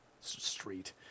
street